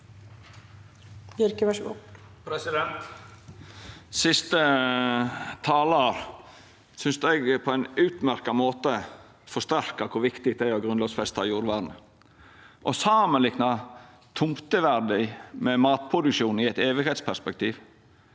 Siste talar synest eg på ein utmerkt måte forsterka kor viktig det er å grunnlovfesta jordvernet. Å samanlikna tomteverdi med matproduksjon i eit æveperspektiv